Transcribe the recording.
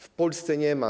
W Polsce nie ma.